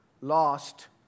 Lost